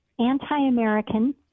anti-American